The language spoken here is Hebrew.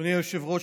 אדוני היושב-ראש,